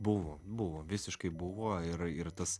buvo buvo visiškai buvo ir ir tas